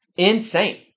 Insane